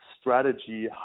strategy